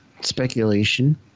speculation